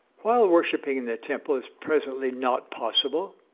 while worshipping in the temple is presently not possible,